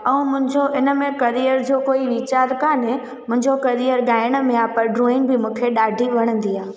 ऐं मुंहिंजो इन में करियर जो कोई वीचारु कोन्हे मुंहिंजो करियर ॻाइण में आहे पर ड्रॉइंग बि मूंखे ॾाढी वणंदी आहे